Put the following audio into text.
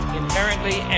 inherently